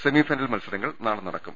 semifinal മത്സരങ്ങൾ നാളെ നടക്കും